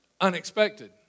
unexpected